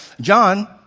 John